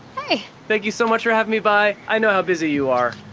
hey. thank you so much for having me by, i know how busy you are.